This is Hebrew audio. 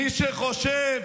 מי שחושב